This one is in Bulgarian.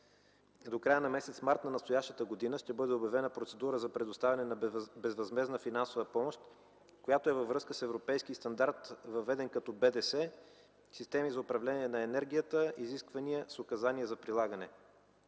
До края на м. март на настоящата година ще бъде обявена процедура за предоставяне на безвъзмездна финансова помощ, която е във връзка с европейски стандарт, въведен като БДС „Системи за управление на енергията”, изисквания с указания за прилагане.